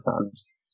times